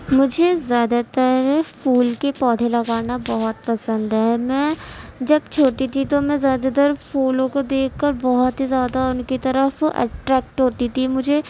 مجھے زیادہ تر پھول کے پودے لگانا بہت پسند ہیں میں جب چھوٹی تھی تو میں زیادہ تر پھولوں کو دیکھ کر بہت ہی زیادہ ان کی طرف اٹریکٹ ہوتی تھی مجھے